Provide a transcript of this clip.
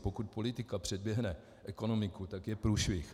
Pokud politika předběhne ekonomiku, tak je průšvih.